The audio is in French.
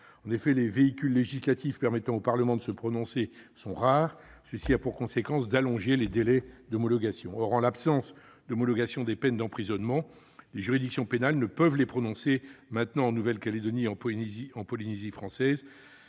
En effet, les véhicules législatifs permettant au Parlement de se prononcer sont rares, ce qui a pour conséquence d'allonger les délais d'homologation. Or, en l'absence d'homologation des peines d'emprisonnement, les juridictions pénales ne peuvent les prononcer, maintenant en Nouvelle-Calédonie et en Polynésie française